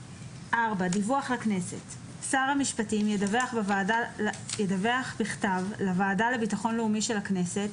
דיווח לכנסת שר המשפטים ידווח בכתב לוועדה לביטחון לאומי של הכנסת,